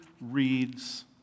reads